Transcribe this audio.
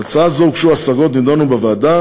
על הצעה זו הוגשו השגות והן נדונו בוועדה.